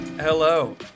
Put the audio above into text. Hello